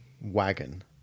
wagon